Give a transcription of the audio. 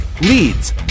leads